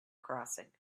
crossing